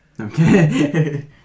Okay